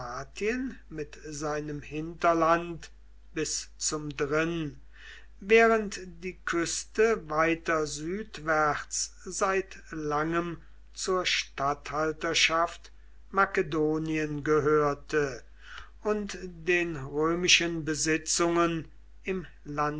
mit seinem hinterland bis zum drin während die küste weiter südwärts seit langem zur statthalterschaft makedonien gehörte und den römischen besitzungen im